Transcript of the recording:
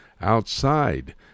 outside